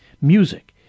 Music